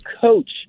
coach